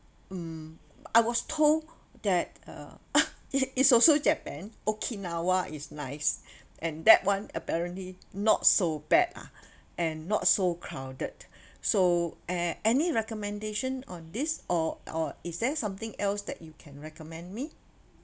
mm I was told that uh it it's also japan okinawa is nice and that [one] apparently not so bad lah and not so crowded so eh any recommendation on this or or is there something else that you can recommend me